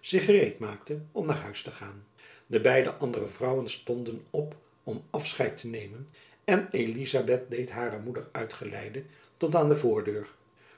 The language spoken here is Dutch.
zich gereed maakte om naar huis te gaan de beide andere vrouwen stonden op om afscheid te nemen en elizabeth deed hare moeder uitgeleide tot aan de voordeur